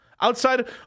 Outside